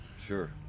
sure